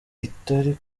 itari